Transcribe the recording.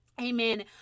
Amen